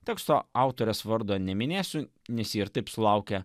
teksto autorės vardo neminėsiu nes ji ir taip sulaukė